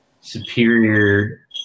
superior